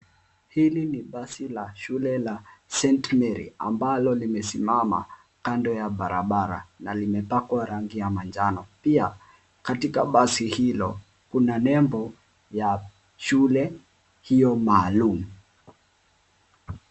Hili ni basi la shule la St. Mary ambalo limesimama kando ya barabara na limepakwa rangi ya manjano. Pia, katika basi hilo kuna nembo ya shule hiyo maalum.